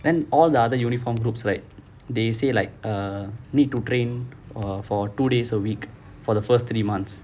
then all the other uniformed groups right they say like err need to train uh for two days a week for the first three months